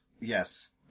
Yes